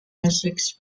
essex